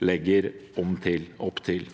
legger opp til.